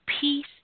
peace